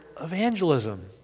evangelism